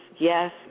Yes